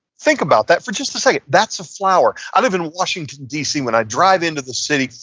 think about that for just a second. that's a flower. i live in washington, d c. when i drive into the city,